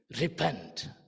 repent